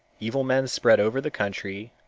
evil men spread over the country,